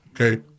Okay